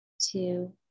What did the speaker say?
two